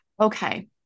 okay